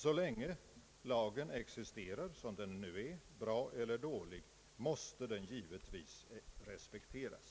Så länge lagen existerar som den nu är — bra eller dålig — måste den givetvis respekteras.